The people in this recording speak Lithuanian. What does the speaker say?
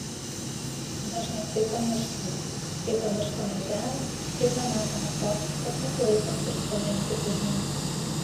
dažnai tai pamirštame kaip pamirštame žemę kaip nematome to kas mus laiko ir stumia eiti pirmyn